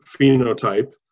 phenotype